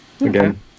again